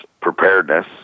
preparedness